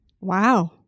Wow